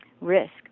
risk